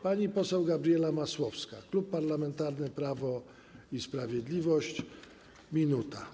Pani poseł Gabriela Masłowska, Klub Parlamentarny Prawo i Sprawiedliwość 1 minuta.